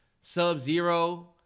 Sub-Zero